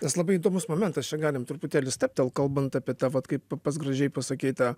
tas labai įdomus momentas čia galim truputėlį stabtelt kalbant apie tą vat kaip pats gražiai pasakei tą